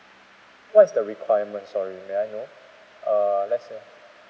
what is the requirement sorry may I know err let's say ah